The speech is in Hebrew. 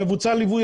מבוצע ליווי